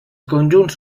conjunts